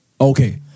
Okay